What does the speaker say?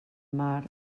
mar